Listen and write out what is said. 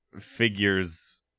figures